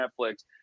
Netflix